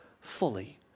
fully